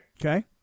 Okay